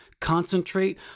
Concentrate